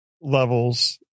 levels